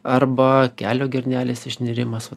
arba kelio girnelės išnirimas